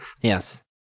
Yes